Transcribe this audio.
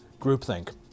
groupthink